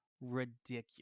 ridiculous